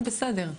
הוא בסדר,